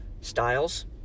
styles